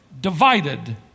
divided